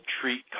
treat